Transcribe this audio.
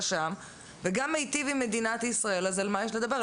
ושם וגם מיטיב עם מדינת ישראל אז על מה יש לדבר?